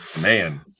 Man